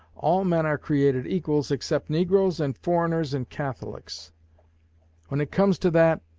all men are created equals, except negroes and foreigners and catholics when it comes to that,